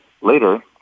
later